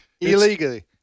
illegally